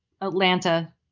Atlanta